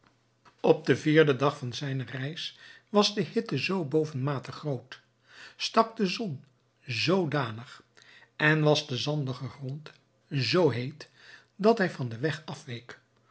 op den vierden dag van zijne reis was de hitte zoo bovenmate groot stak de zon zoodanig en was de zandige grond zoo heet dat hij van den weg afweek